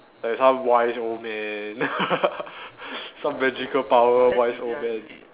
like some wise old man some magical power wise old man